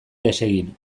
desegin